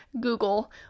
Google